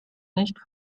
nicht